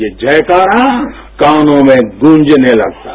ये जयकाराकानों में गूंजने लगता है